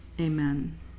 Amen